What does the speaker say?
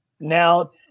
Now